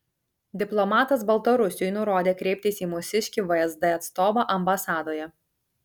diplomatas baltarusiui nurodė kreiptis į mūsiškį vsd atstovą ambasadoje